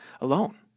alone